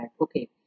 okay